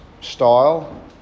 style